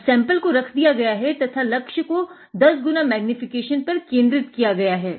अब नमूने को रख दिया गया है तथा लक्ष्य को 10 x मैग्नीफीकेशन पर केन्द्रित कर दिया गया है